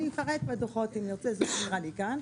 אני אפרט בדוחות, אם ירצה, זה לא נראה לי כאן.